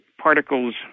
particles